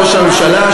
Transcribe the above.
לראש הממשלה,